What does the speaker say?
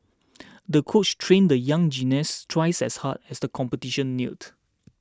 the coach trained the young gymnast twice as hard as the competition neared